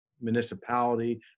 municipality